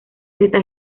está